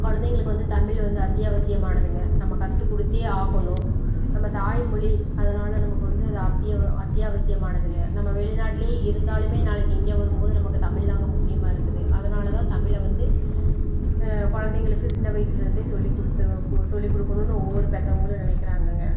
குழந்தைங்களுக்கு தமிழ் வந்து அத்தியாவசியமானதுங்க நம்ம கத்துக்கொடுத்தே ஆகணும் நம்ம தாய்மொழி அதனால் நமக்கு வந்து அது அத்தி அத்தியாவசியமானதுங்க நம்ம வெளிநாட்டில் இருந்தாலுமே நாளைக்கு இங்கே வரும்போது நமக்கு தமிழ்தாங்க முக்கியமாக இருக்குது அதனால்தான் தமிழை வந்து குழந்தைங்களுக்கு சின்ன வயதில் இருந்தே சொல்லிக்கொடுத்து சொல்லிக்கொடுக்குணுனு ஒவ்வொரு பெற்றவங்களும் நினைக்கிறாங்கங்க